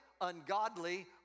ungodly